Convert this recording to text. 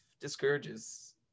discourages